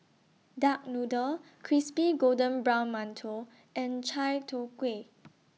Duck Noodle Crispy Golden Brown mantou and Chai Tow Kway